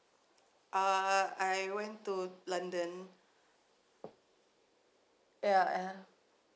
uh I went to london ya ya